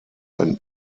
ein